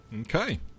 Okay